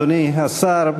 אדוני השר,